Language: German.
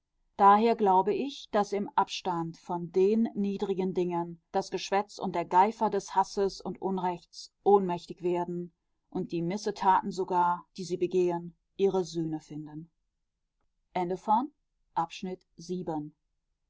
daher glaube ich daß im abstand von den niedrigen dingen das geschwätz und der geifer des hasses und unrechts ohnmächtig werden und die missetaten sogar die sie begehen ihre sühne finden